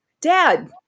dad